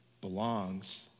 belongs